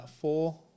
four